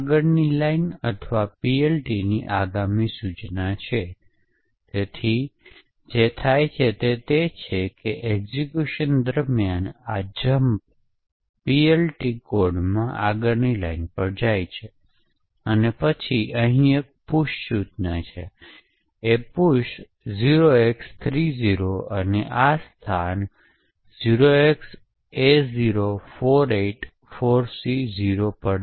આ કોઈપણ સમય માટે કે જે થ્રેશોલ્ડ કરતા ઓછું હોય છે આપણે આવર્તન વિતરણ કોષ્ટક ને જાળવીએ છીએ અને ચોક્કસ સમય કેટલી વાર જોવામાં આવે છે તે ઓળખીએ છીએ